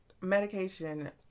medication